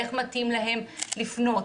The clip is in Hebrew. איך מתאים להם לפנות,